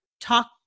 talk